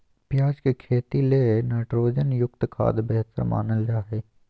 प्याज के खेती ले नाइट्रोजन युक्त खाद्य बेहतर मानल जा हय